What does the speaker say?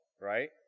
right